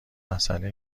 مسئله